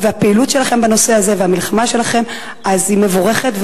והפעילות שלכם בנושא הזה והמלחמה שלכם היא מבורכת,